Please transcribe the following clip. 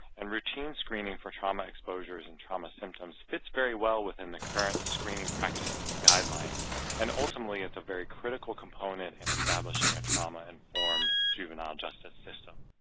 and routine screening for trauma exposures and trauma symptoms fits very well within the current screening practices and guidelines and ultimately it's a very critical component in establishing a trauma-informed juvenile justice system.